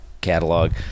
catalog